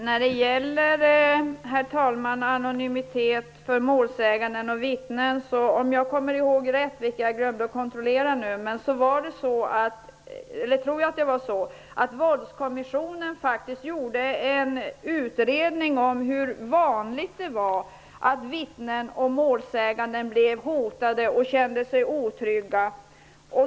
Herr talman! När det gäller anonymiteten för målsäganden och vittnen vill jag minnas att Våldskommissionen gjorde en utredning om hur vanligt det var att vittnen och målsäganden blev hotade och kände sig otrygga.